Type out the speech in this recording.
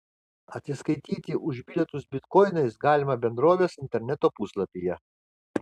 atsiskaityti už bilietus bitkoinais galima bendrovės interneto puslapyje